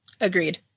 Agreed